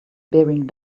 bearing